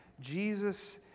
Jesus